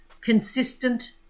consistent